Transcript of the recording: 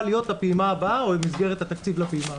להיות הפעימה הבאה או מסגרת התקציב לפעימה הבאה.